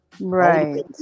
right